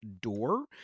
door